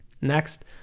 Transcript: Next